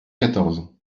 quatorze